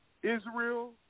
Israel